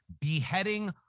Beheading